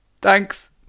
Thanks